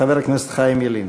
חבר הכנסת חיים ילין.